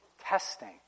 testing